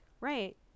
Right